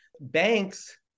banks